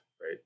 right